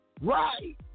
right